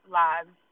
lives